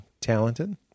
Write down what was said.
talented